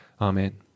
Amen